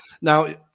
now